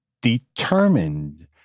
determined